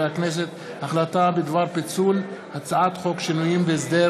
החלטה בדבר פיצול הצעת חוק שינויים בהסדר